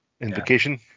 invocation